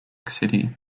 city